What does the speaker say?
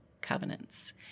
covenants